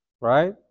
right